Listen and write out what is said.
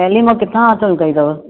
डेल्ही मां किथां हासिलु कई अथव